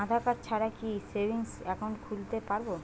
আধারকার্ড ছাড়া কি savings account খুলতে পারব?